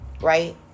right